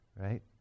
Right